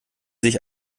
sich